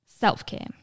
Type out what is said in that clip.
self-care